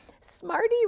smarty